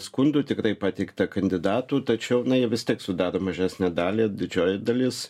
skundų tikrai pateiktą kandidatų tačiau na jie vis tiek sudaro mažesnę dalį didžioji dalis